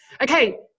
Okay